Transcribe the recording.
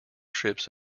trips